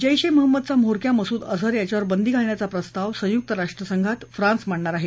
जैश ए महम्मदचा म्होरक्या मसूद अझहर याच्यावर बंदी घालण्याचा प्रस्ताव संयुक्त राष्ट्रात फ्रान्स मांडणार आहे